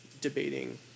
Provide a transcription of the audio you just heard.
debating